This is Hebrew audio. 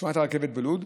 שכונת הרכבת בלוד.